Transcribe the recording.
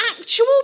actual